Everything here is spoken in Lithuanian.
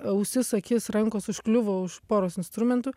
ausis akis rankos užkliuvo už poros instrumentų